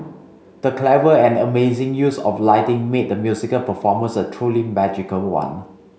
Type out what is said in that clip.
the clever and amazing use of lighting made the musical performance a truly magical one